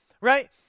Right